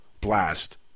blast